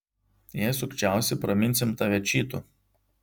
jei sukčiausi praminsim tave čytu